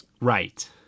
Right